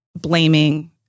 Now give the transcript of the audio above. blaming